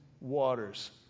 waters